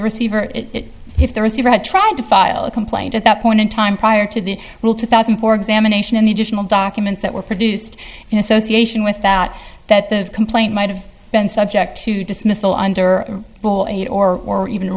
the receiver if the receiver had tried to file a complaint at that point in time prior to the rule two thousand for examination in the additional documents that were produced in association with that that the complaint might have been subject to dismissal under eight or even